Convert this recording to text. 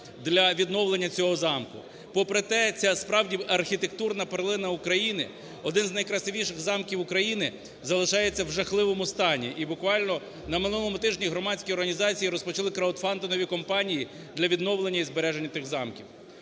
для відновлення цього замку. Попри те ця справді архітектурна перлина України, один з найкрасивіших замків України, залишається в жахливому стані. І буквально на минулому тижні громадські організації розпочали краудфандингові кампанії для відновлення і збереження тих замків.